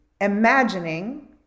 imagining